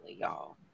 y'all